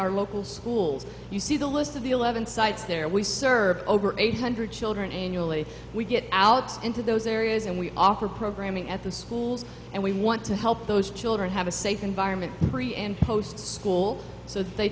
our local schools you see the list of the eleven sites there we serve over eight hundred children annually we get out into those areas and we offer programming at the schools and we want to help those children have a safe environment and post school so th